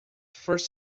first